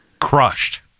crushed